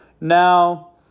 Now